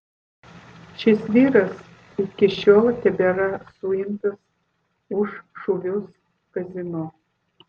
šis vyras iki šiol tebėra suimtas už šūvius kazino